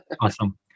Awesome